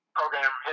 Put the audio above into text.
program